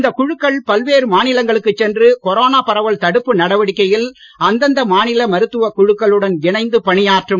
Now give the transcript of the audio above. இந்த குழுக்கள் பல்வேறு மாநிலங்களுக்குச் சென்று கொரோனா பரவல் தடுப்பு நடவடிக்கையில் அந்தந்த மாநில மருத்துவக் குழுக்களுடன் இணைந்து பணியாற்றும்